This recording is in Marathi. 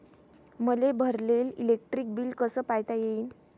मले भरलेल इलेक्ट्रिक बिल कस पायता येईन?